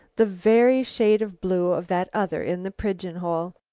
the very shade of blue of that other in the pigeon-hole.